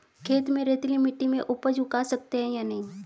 खेत में रेतीली मिटी में उपज उगा सकते हैं या नहीं?